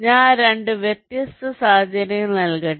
ഞാൻ 2 വ്യത്യസ്ത സാഹചര്യങ്ങൾ നൽകട്ടെ